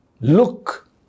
look